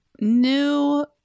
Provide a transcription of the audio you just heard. new